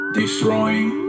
destroying